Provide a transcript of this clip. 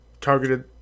targeted